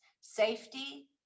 safety